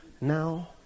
now